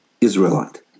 Israelite